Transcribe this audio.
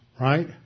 right